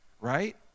right